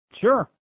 Sure